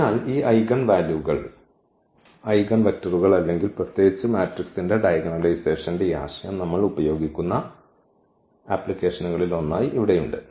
അതിനാൽ ഈ ഐഗൻ വാല്യൂകൾ ഐഗൻവെക്റ്ററുകൾ അല്ലെങ്കിൽ പ്രത്യേകിച്ച് മാട്രിക്സിന്റെ ഡയഗണലൈസേഷന്റെ ഈ ആശയം നമ്മൾ ഉപയോഗിക്കുന്ന ആപ്ലിക്കേഷനുകളിൽ ഒന്ന് ആയി ഇവിടെയുണ്ട്